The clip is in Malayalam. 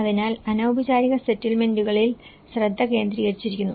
അതിനാൽ അനൌപചാരിക സെറ്റിൽമെന്റുകളിൽ ശ്രദ്ധ കേന്ദ്രീകരിച്ചിരിക്കുന്നു